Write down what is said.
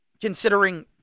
considering